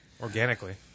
Organically